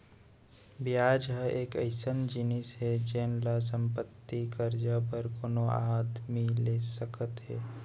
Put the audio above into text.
बियाज ह एक अइसन जिनिस हे जेन ल संपत्ति, करजा बर कोनो आदमी ले सकत हें